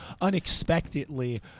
unexpectedly